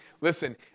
listen